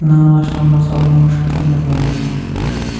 نَو لَچھ نَمنَمَتھ ساس نَو شَتھ تہٕ نَمنَمَتھ